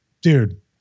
dude